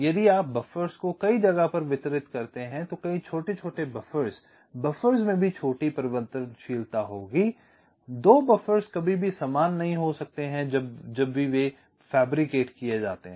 यदि आप बफ़र्स को कई जगह पर वितरित करते हैं तो कई छोटे छोटे बफ़र्स बफ़र्स में भी छोटी परिवर्तनशीलता होगी 2 बफ़र्स कभी भी समान नहीं हो सकते जब वे गढ़े जाते हैं